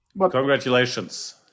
Congratulations